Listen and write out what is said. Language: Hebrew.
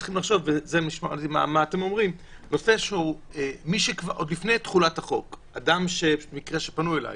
מה אתם אומרים עוד לפני תחולת החוק מקרה שפנו אליי